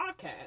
podcast